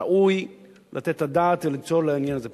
ראוי לתת את הדעת ולמצוא לעניין הזה פתרון.